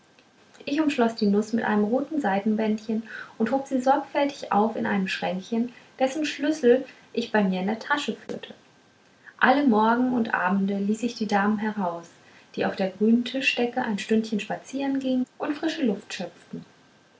ich umschloß die nuß mit einem roten seidenbändchen und hob sie sorgfältig auf in einem schränkchen dessen schlüssel ich bei mir in der tasche führte alle morgen und abende ließ ich die damen heraus die auf der grünen tischdecke ein stündchen spazieren gingen und frische luft schöpften